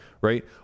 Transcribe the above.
Right